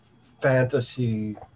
fantasy